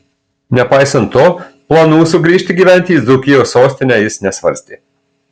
nepaisant to planų sugrįžti gyventi į dzūkijos sostinę jis nesvarstė